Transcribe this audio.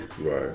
Right